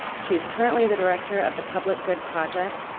she's currently the director of the public good project,